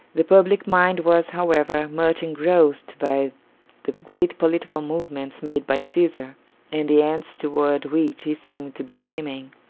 the public mind was, however, much engrossed by the great political movements made by caesar and the ends toward which he seemed to be aiming.